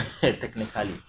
technically